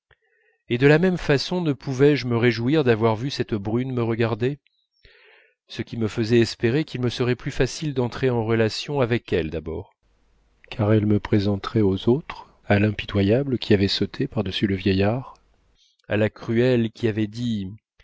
et de la même façon ne pouvais-je me réjouir d'avoir vu cette brune me regarder ce qui me faisait espérer qu'il me serait plus facile d'entrer en relations avec elle d'abord car elle me présenterait aux autres à l'impitoyable qui avait sauté par-dessus le vieillard à la cruelle qui avait dit